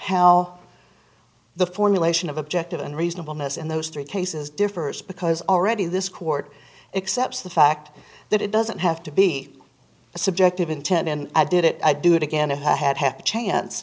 how the formulation of objective and reasonableness and those three cases differs because already this court except for the fact that it doesn't have to be a subjective intent and i did it i do it again if i had had a chance